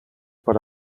per